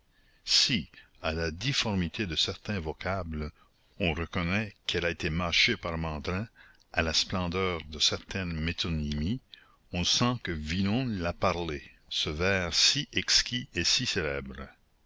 si à la difformité de certains vocables on reconnaît qu'elle a été mâchée par mandrin à la splendeur de certaines métonymies on sent que villon l'a parlée ce vers si exquis et si célèbre